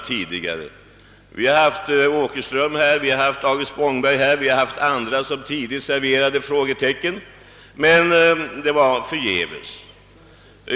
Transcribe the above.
Jag kan nämna herr Åkerström, herr Spångberg och andra som tidigt satte frågetecken, men det skedde förgäves.